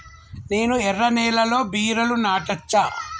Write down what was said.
నేను ఎర్ర నేలలో బీరలు నాటచ్చా?